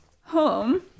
home